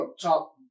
Top